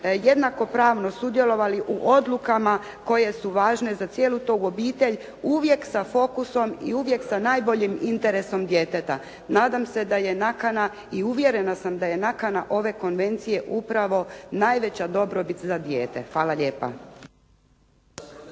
jednako pravno sudjelovali u odlukama koje su važne za cijelu tu obitelj, uvijek sa fokusom i uvijek sa najboljim interesom djeteta. Nadam se da je nakana i uvjerena sam da je nakana ove konvencije upravo najveća dobrobit za dijete. Hvala lijepo.